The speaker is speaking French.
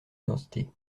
identité